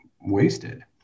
wasted